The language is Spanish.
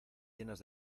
llenas